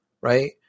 right